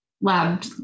lab